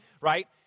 right